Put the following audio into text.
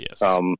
Yes